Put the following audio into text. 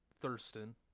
Thurston